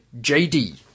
JD